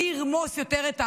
מי ירמוס יותר את האחר.